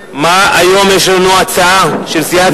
הצעת סיעת